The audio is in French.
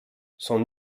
son